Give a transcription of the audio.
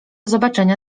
zobaczenia